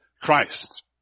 Christ